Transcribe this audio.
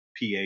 PA